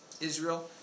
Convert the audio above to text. Israel